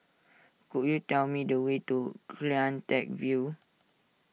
could you tell me the way to CleanTech View